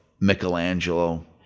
Michelangelo